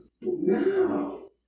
No